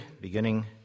beginning